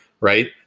right